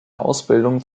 ausbildung